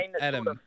Adam